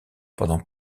pendant